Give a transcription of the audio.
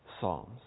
Psalms